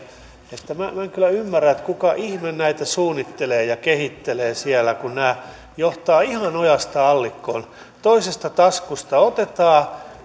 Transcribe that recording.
minä en kyllä ymmärrä kuka ihme näitä suunnittelee ja kehittelee siellä kun nämä johtavat ihan ojasta allikkoon toisesta taskusta otetaan